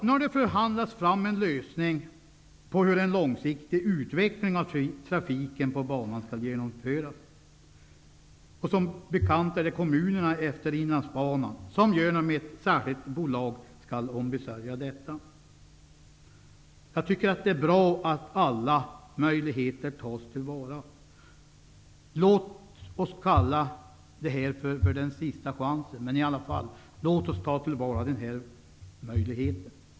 Nu har det förhandlats fram en lösning på hur en långsiktig utveckling av trafiken på banan skall genomföras. Som bekant är det kommunerna efter Inlandsbanan som genom ett särskilt bolag skall ombesörja detta. Det är bra att alla möjligheter tas till vara. Låt oss kalla det här för den sista chansen. Låt oss tillvarata den möjligheten.